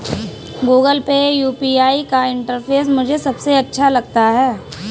Google Pay UPI का interface मुझे सबसे अच्छा लगता है